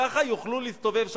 ככה יוכלו להסתובב שם.